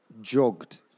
jogged